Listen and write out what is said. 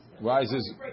rises